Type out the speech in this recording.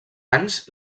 anys